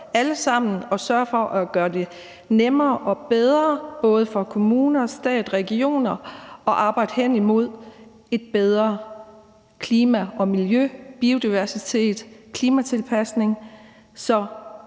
alle sammen at sørge for at gøre det nemmere og bedre for både kommuner, stat og regioner at arbejde hen imod et bedre klima og miljø og med biodiversitet og klimatilpasning.